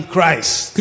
Christ